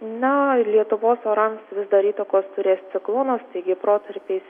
na ir lietuvos oram vis dar įtakos turės ciklonas protarpiais